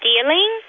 stealing